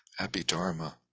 Abhidharma